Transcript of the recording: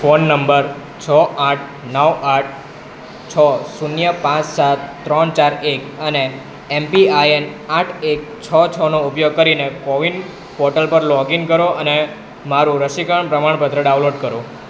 phone number છ આઠ નવ આઠ છો શૂન્ય પાંચ સાત ત્રણ ચાર એક અને એમપીઆઈએન આઠ એક છ છનો ઉપયોગ કરીને કોવિન પોર્ટલ પર લોગઈન કરો અને મારું રસીકરણ પ્રમાણપત્ર ડાઉનલોડ કરો